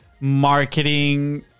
marketing